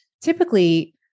typically